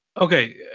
Okay